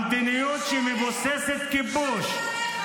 המדיניות שמבוססת כיבוש ----- של הרס ומלחמה